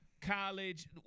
college